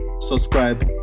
subscribe